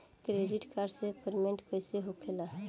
Credit card से payment कईसे होखेला?